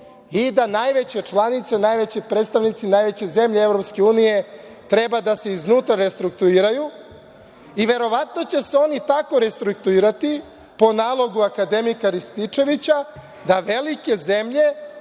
i da najveća članica, najveći predstavnici, najveće zemlje EU treba da se iznutra restruktuiraju i verovatno će se oni tako restruktuirati, po nalogu akademika Rističevića, da velike zemlje